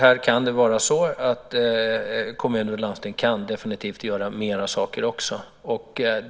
Här kan som sagt kommuner och landsting definitivt också göra mer saker.